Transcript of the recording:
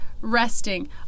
resting